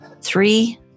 three